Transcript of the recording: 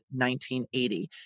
1980